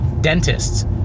dentists